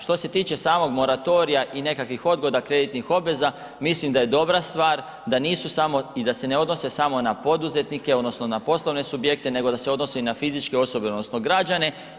Što se tiče samog moratorija i nekakvih odgoda kreditnih obveza, mislim da je dobra stvar da nisu samo i da se ne odnose samo na poduzetnike odnosno na poslovne subjekte nego da se odnose i na fizičke osobe odnosno građane.